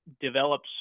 develops